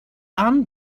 and